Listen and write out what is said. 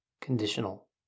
conditional